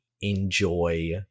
enjoy